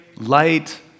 light